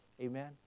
Amen